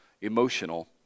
emotional